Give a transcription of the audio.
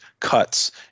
cuts